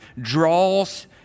draws